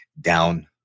down